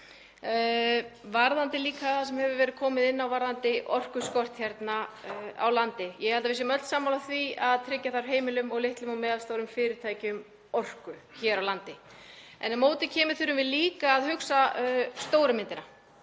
Varðandi það sem hefur verið komið inn á um orkuskort hér á landi þá held ég að við séum öll sammála um að tryggja þurfi heimilum og litlum og meðalstórum fyrirtækjum orku hér á landi. En á móti kemur að við þurfum líka að hugsa um stóru myndina,